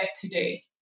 today